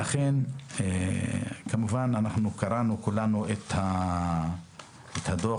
כולנו קראנו כמובן את דוח